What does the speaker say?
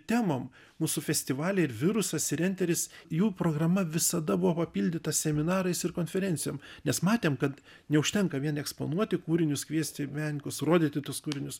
temom mūsų festivaliai ir virusas enteris jų programa visada buvo papildyta seminarais ir konferencijom nes matėm kad neužtenka vien eksponuoti kūrinius kviesti menininkus rodyti tuos kūrinius